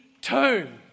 tomb